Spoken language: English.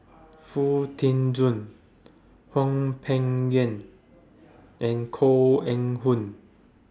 Foo Tee Jun Hwang Peng Yuan and Koh Eng Hoon